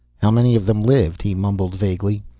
how many of them lived? he mumbled vaguely.